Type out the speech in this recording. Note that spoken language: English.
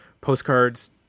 postcards